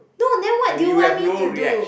no then what do you want me to do